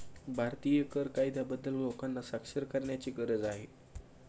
भारतीय कर कायद्याबद्दल लोकांना साक्षर करण्याची गरज आहे